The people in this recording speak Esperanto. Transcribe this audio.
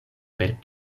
per